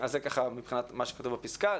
אז זה ככה מבחינת מה שכתוב בפסקה.